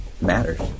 matters